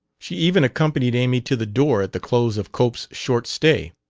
she even accompanied amy to the door at the close of cope's short stay.